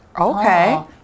Okay